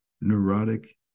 neurotic